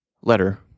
letter